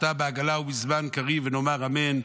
השתא בעגלא ובזמן קריב ונאמר אמן".